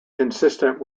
consistent